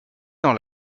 dans